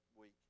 week